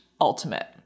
ultimate